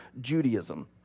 Judaism